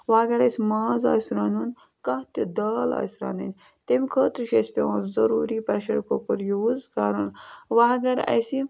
وۄنۍ اگر اَسہِ ماز آسہِ رَنُن کانٛہہ تہِ دال آسہِ رَنٕنۍ تَمہِ خٲطرٕ چھِ اَسہِ پٮ۪وان ضٔروٗری پرٛٮ۪شَر کُکَر یوٗز کَرُن وۄنۍ اگر اَسہِ